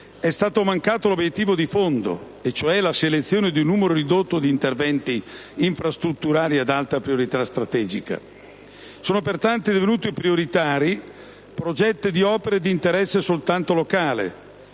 è stato mancato l'obiettivo di fondo, cioè la selezione di un numero ridotto di interventi infrastrutturali ad alta priorità strategica. Sono, pertanto, divenuti prioritari progetti di opere di interesse soltanto locale,